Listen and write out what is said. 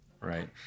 right